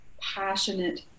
passionate